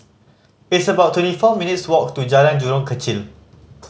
it's about twenty four minutes' walk to Jalan Jurong Kechil